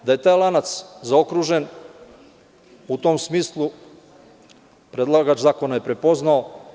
Da je taj lanac zaokružen u tom smislu predlagač zakona je to prepoznao.